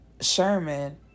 Sherman